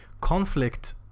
Conflict